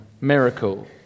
miracle